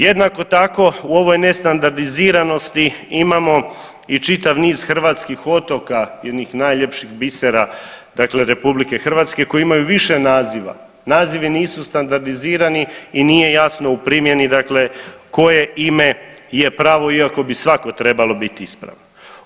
Jednako tako u ovoj nestandardiziranosti imamo i čitav niz hrvatskih otoka, jednih najljepših bisera dakle RH koji imaju više naziva, nazivi nisu standardizirani i nije jasno u primjeni dakle koje ime je pravo iako bi svako trebalo bit ispravno.